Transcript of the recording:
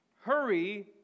Hurry